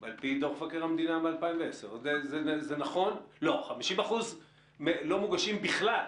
על פי דוח מבקר המדינה מ-2010 50% לא מוגשים בכלל.